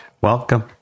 Welcome